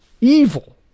evil